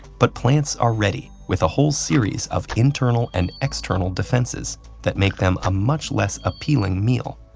but plants are ready with a whole series of internal and external defenses that make them a much less appealing meal,